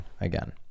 again